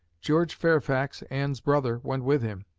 george fairfax, anne's brother, went with him.